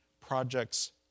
Projects